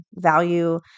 value